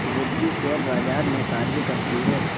Riddhi share बाजार में कार्य करती है